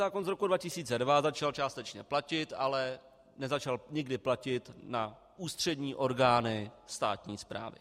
Zákon z roku 2002 začal částečně platit, ale nezačal nikdy platit na ústřední orgány státní správy.